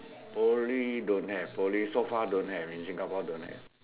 Poly don't have Poly so far don't have in Singapore don't have